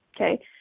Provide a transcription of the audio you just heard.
okay